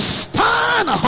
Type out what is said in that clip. stand